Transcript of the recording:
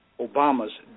Obama's